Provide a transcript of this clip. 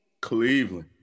Cleveland